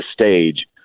stage